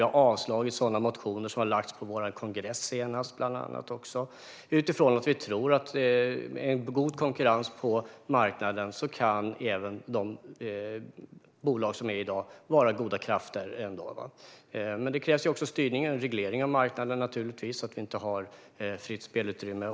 Vi har avslagit sådana motioner som har lagts fram på vår kongress senast. Vi tror att de bolag som finns i dag kan vara goda krafter om det är en god konkurrens på marknaden. Men det krävs naturligtvis styrning och reglering av marknaden, så att det inte är ett fritt spelutrymme.